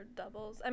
doubles